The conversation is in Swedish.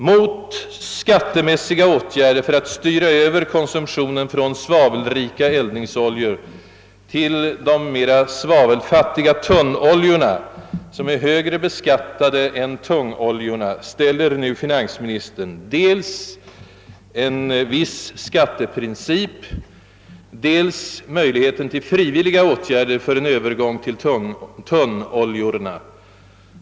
Mot skattemässiga åtgärder för att styra över konsumtionen från svavelrika eldningsoljor till de mera svavelfattiga tunnoljorna, som är högre beskattade än tungoljorna, ställer nu finansministern dels en viss skatteprincip, dels möjligheter till frivilliga åtgärder för en övergång till tunnoljorna.